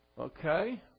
Okay